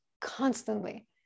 constantly